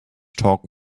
talk